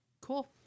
cool